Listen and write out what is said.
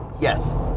Yes